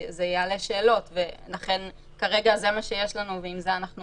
זה יעלה שאלות ולכן כרגע זה מה שיש לנו ועם זה אנחנו